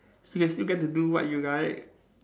you can still get to do what you like